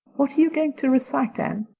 what are you going to recite, anne?